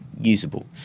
usable